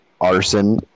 arson